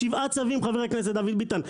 שבעה צווים, חבר הכנסת דוד ביטן.